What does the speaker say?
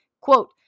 Quote